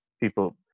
people